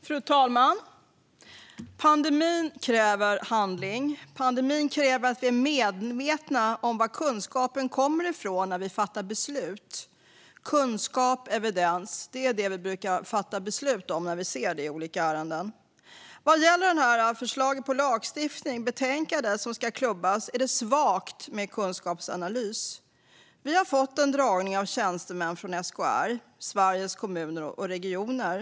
Fru talman! Pandemin kräver handling. Pandemin kräver att vi är medvetna om var kunskapen kommer ifrån när vi fattar beslut. Kunskap och evidens är det vi brukar fatta beslut utifrån när vi ser detta i olika ärenden. Vad gäller förslaget på lagstiftning i betänkandet, som ska klubbas, är det svagt med kunskapsanalys. Vi har fått en dragning av tjänstemän från SKR, Sveriges Kommuner och Regioner.